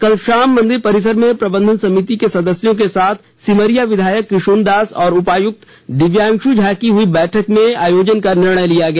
कल शाम मंदिर परिसर में प्रबंधन समिति के सदस्यों के साथ सिमरिया विधायक किशुन दास और उपायुक्त दिव्यांशु झा की हुई बैठक में आयोजन का निर्णय लिया गया